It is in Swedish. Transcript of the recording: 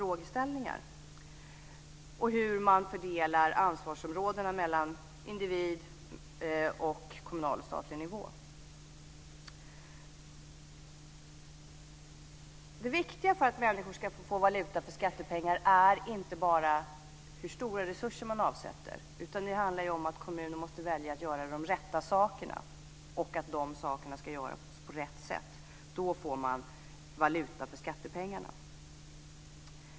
Det handlar också om hur man fördelar ansvarsområdena mellan individ och kommunal och statlig nivå. Det viktiga för att människor ska få valuta för skattepengar är inte bara hur stora resurser man avsätter, utan det handlar också om att kommunen måste välja att göra de rätta sakerna och att de sakerna ska göras på rätt sätt. Då får man valuta för skattepengarna.